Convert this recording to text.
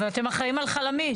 אבל אתם אחראים על חלמיש.